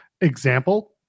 example